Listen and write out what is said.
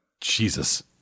Jesus